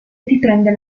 riprende